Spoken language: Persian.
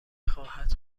خواهد